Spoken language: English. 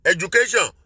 Education